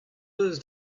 eus